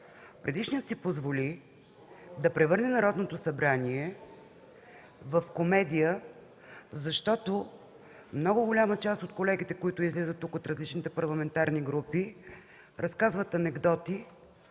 Предишният си позволи да превърне Народното събрание в комедия, защото много голяма част от колегите, които излизат тук от различните парламентарни групи, разказват анекдоти,